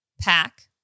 pack